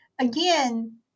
Again